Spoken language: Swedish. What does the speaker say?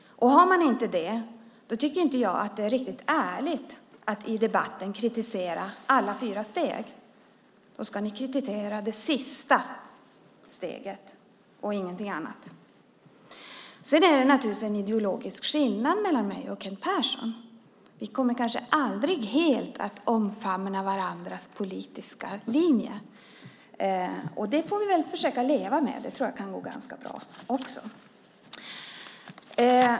Och har ni inte det tycker jag inte att det är riktigt ärligt att i debatten kritisera alla fyra steg. Då ska ni kritisera det sista steget och ingenting annat. Sedan är det naturligtvis en ideologisk skillnad mellan mig och Kent Persson. Vi kommer kanske aldrig helt att omfamna varandras politiska linje. Det får vi väl försöka leva med. Det tror jag kan gå ganska bra också.